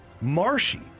Marshy